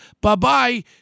bye-bye